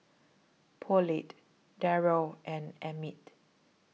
Paulette Darrel and Emmitt